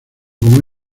como